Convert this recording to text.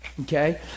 Okay